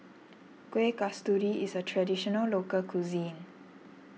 Kueh Kasturi is a Traditional Local Cuisine